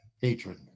hatred